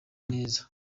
neza